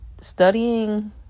studying